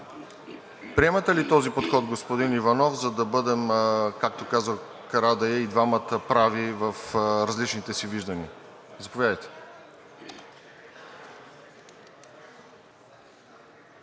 Приемате ли този подход, господин Иванов, за да бъдем, както казва господин Карадайъ, и двамата прави в различните си виждания? Заповядайте.